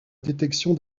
détection